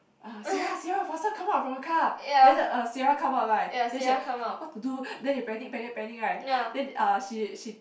uh Sierra Sierra faster come out from the car then err Sierra come out right then she like what to do then they panic panic panic right then uh she she